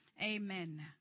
Amen